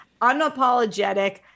unapologetic